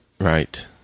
Right